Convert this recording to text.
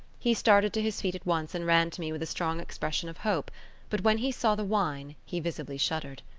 he started to his feet at once and ran to me with a strong expression of hope but when he saw the wine, he visibly shuddered.